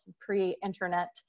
pre-internet